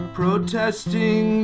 protesting